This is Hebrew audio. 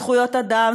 זכויות אדם,